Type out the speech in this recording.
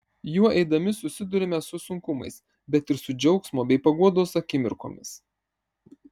juo eidami susiduriame su sunkumais bet ir su džiaugsmo bei paguodos akimirkomis